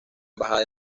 embajada